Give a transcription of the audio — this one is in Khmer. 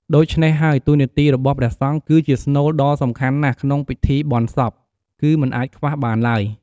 ដូច្នេះហើយ តួនាទីរបស់ព្រះសង្ឃគឺជាស្នូលដ៏សំខាន់ណាស់ ក្នុងពិធីបូណ្យសព គឹមិនអាចខ្វះបានឡើយ។